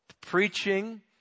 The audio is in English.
preaching